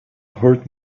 hurt